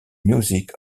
music